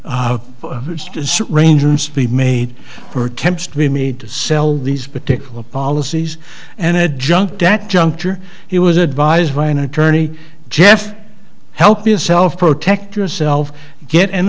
the rangers be made for camps to be made to sell these particular policies and it jumped that juncture he was advised by an attorney jeff help yourself protect yourself get an